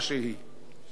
פריפריה,